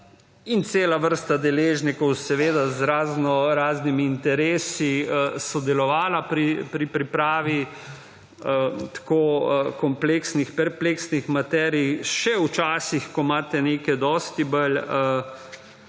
in cela vrsta deležnikov, seveda z raznoraznimi interesi, sodelovalo pri pripravi tako kompleksnih, perpleksnih materij. Še včasih, ko imate neke dosti bolj